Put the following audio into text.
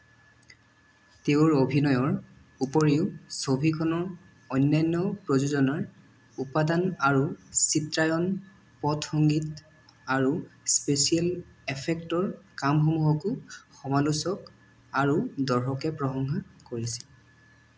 তেওঁৰ অভিনয়ৰ উপৰিও ছবিখনৰ অন্যান্য প্ৰযোজনাৰ উপাদান আৰু চিত্ৰায়ন পটসংগীত আৰু স্পেচিয়েল এফেক্টৰ কামসমূহকো সমালোচক আৰু দৰ্শকে প্ৰশংসা কৰিছিল